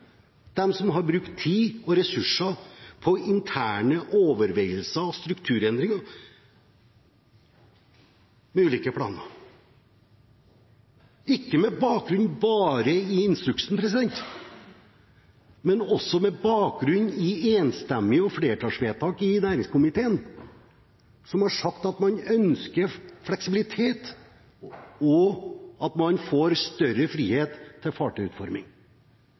dem som har brukt tid og ressurser på interne overveielser og strukturendringer, med ulike planer, ikke bare med bakgrunn i instruksen, men også med bakgrunn i enstemmighet i næringskomiteen og flertallsvedtak som har sagt at man ønsker fleksibilitet og at man får større frihet til fartøyutforming.